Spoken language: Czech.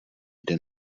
den